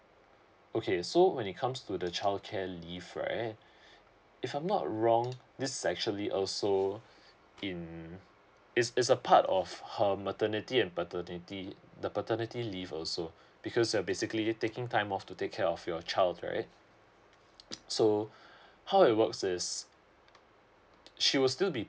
okay so when it comes to the childcare leave right if I'm not wrong this is actually also in it's it's a part of her maternity an paternity the the paternity leave also because uh basically taking time off to take care of your child right so how it works is she will still be